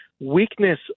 weakness